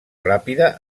ràpida